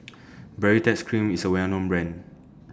Baritex Cream IS A Well known Brand